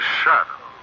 shadow